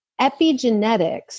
epigenetics